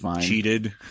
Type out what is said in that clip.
cheated